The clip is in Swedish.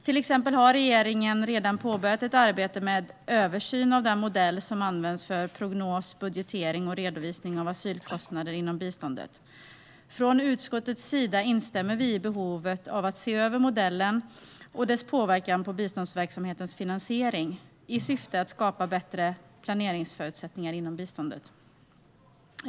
Regeringen har till exempel redan påbörjat ett arbete med en översyn av den modell som används för prognos, budgetering och redovisning av asylkostnader inom biståndet. Från utskottets sida instämmer vi i att det finns ett behov av att se över modellen och dess påverkan på biståndsverksamhetens finansiering i syfte att skapa bättre planeringsförutsättningar inom biståndet.